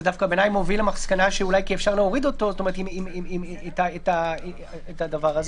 זה דווקא בעיניי מוביל למסקנה שאולי אפשר להוריד את הדבר הזה.